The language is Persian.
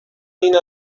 این